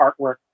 artwork